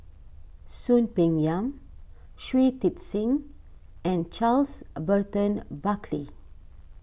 Soon Peng Yam Shui Tit Sing and Charles Burton Buckley